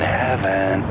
heaven